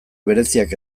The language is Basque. bereziak